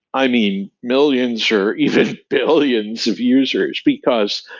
i mean, millions or even billions of users, because,